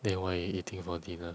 then what are you eating for dinner